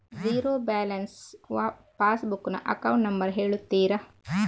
Zero balance pass ನ account number ಹೇಳುತ್ತೀರಾ?